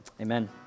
Amen